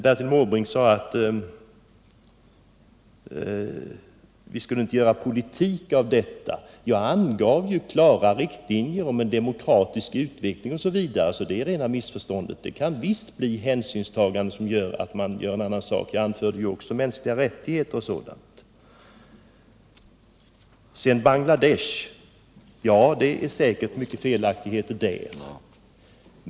Bertil Måbrink sade att vi skulle också ta politiska hänsyn. Jag angav ju klara riktlinjer om att en demokratisk utveckling osv. också skulle beaktas. Det kan visst ske hänsynstaganden som medför förändringar. Jag anförde ju också mänskliga rättigheter och sådant. Sedan ett par ord om Bangladesh. Säkert finns det mycket som är felaktigt där.